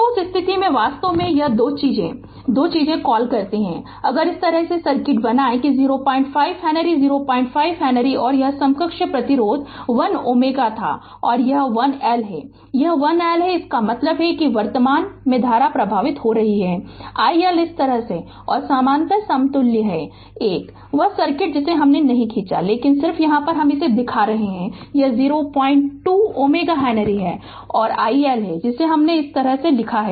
तो उस स्थिति में वास्तव में यह 2 चीजें 2 क्या कॉल करती हैं अगर इस तरह सर्किट बनाएं कि 02 हेनरी 02 हेनरी और यह समकक्ष प्रतिरोध 1 Ω था और यह i L है यह i L है इसका मतलब है कि वर्तमान प्रवाह हो रहा है i L इस तरह और यह समानांतर समतुल्य है 1 वह सर्किट जिसे हमने नहीं खींचा है लेकिन सिर्फ दिखा रहा है और यह 02 Ω हेनरी और i L है जिसे हमने इस तरह लिया है